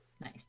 Nice